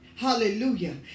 Hallelujah